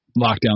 lockdown